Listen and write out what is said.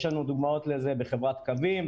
יש לנו דוגמאות לזה בחברת "קווים"